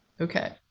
Okay